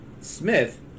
Smith